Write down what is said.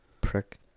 Prick